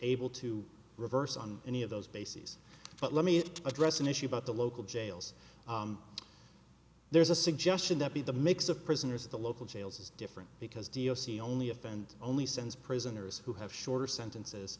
able to reverse on any of those bases but let me address an issue about the local jails there's a suggestion that be the mix of prisoners at the local jails is different because d o c only if and only sends prisoners who have shorter sentences